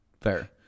Fair